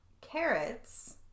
Carrots